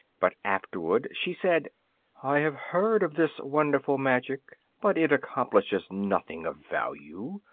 but afterward she said i have heard of this wonderful magic. but it accomplishes nothing of value.